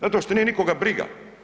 Zato što nije nikoga briga.